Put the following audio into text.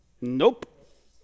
Nope